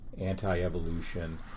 anti-evolution